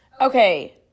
Okay